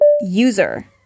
User